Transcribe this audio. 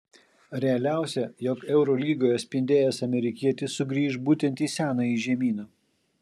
realiausia jog eurolygoje spindėjęs amerikietis sugrįš būtent į senąjį žemyną